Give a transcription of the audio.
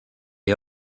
est